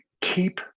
keep